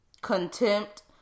contempt